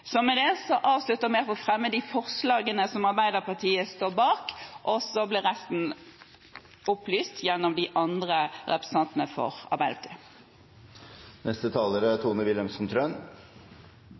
avslutter med å fremme de forslagene som Arbeiderpartiet står bak, og så blir resten opplyst gjennom de andre representantene for Arbeiderpartiet. Representanten Ruth Grung har tatt opp de forslagene hun refererte til. Dette er